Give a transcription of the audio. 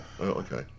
Okay